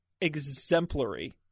exemplary